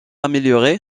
amélioré